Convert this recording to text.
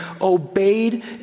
obeyed